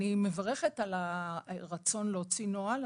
אני מברכת על הרצון להוציא נוהל,